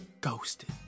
Ghosted